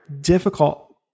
difficult